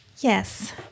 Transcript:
Yes